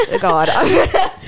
God